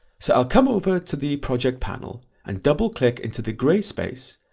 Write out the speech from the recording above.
so i'll come over to the project panel and double click into the grey space,